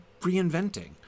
reinventing